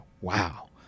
wow